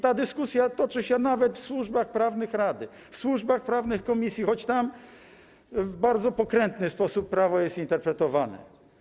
Ta dyskusja toczy się nawet w służbach prawnych Rady, w służbach prawnych Komisji, choć tam w bardzo pokrętny sposób prawo jest interpretowane.